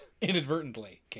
Inadvertently